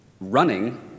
running